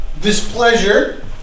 Displeasure